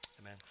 Amen